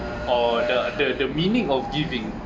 or the the the meaning of giving